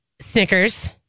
Snickers